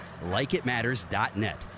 Likeitmatters.net